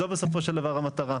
זו בסופו של דבר המטרה.